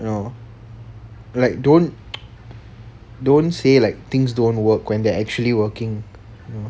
you know like don't don't say like things don't work when they are actually working